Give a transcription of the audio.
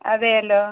അതെ അല്ലോ